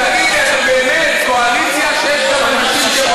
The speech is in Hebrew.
תענה על השאלה ששאלתי אותך.